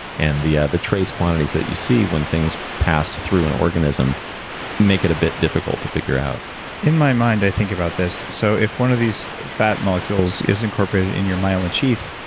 and the ah the trace quantities that you see when things pass through an organism make it a bit difficult to figure out in my mind, i think about this. so if one of these fat molecules is incorporated in your myelin sheath,